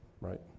right